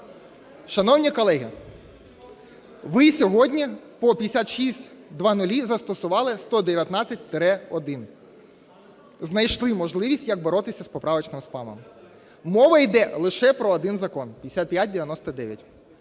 Шановні колеги, ви сьогодні по 5600 застосували 119-1, знайшли можливість, як боротися з поправочним спамом. Мова йде лише про один закон – 5599.